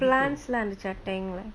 plants lah இருந்துச்சா:irunthucha tank lah